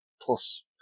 plus